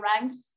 ranks